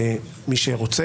מי שרוצה,